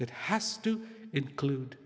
it has to include